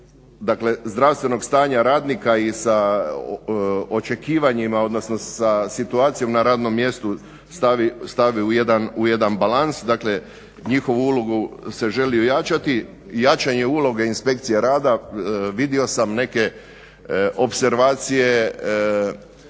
dakle zdravstvenog stanja radnika i sa očekivanjima, odnosno sa situacijom na radnom mjestu stavi u jedan balans, dakle njihovu ulogu se želi ojačati. Jačanje uloge Inspekcije rada, vidio sam neke opservacije